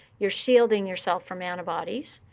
you're shielding yourself from antibodies.